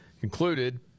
concluded